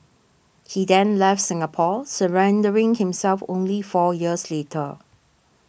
he then left Singapore surrendering himself only four years later